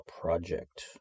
project